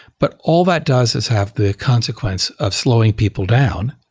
but all that does is have the consequence of slowing people down,